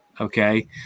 okay